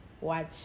watch